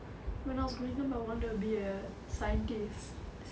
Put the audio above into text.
when I was growing up I wanted to be a scientist